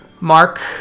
Mark